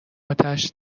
اتش